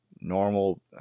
normal